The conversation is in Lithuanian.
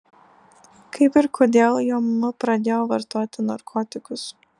kaip ir kodėl jo mama pradėjo vartoti narkotikus